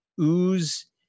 ooze